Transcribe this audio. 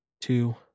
two